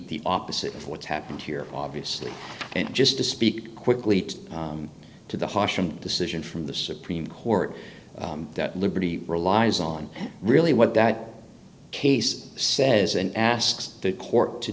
the opposite of what's happened here obviously and just to speak quickly to the hotshoe decision from the supreme court that liberty relies on really what that case says and asks the court to